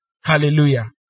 Hallelujah